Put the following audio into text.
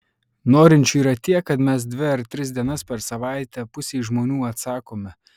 norinčių yra tiek kad mes dvi ar tris dienas per savaitę pusei žmonių atsakome